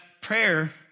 prayer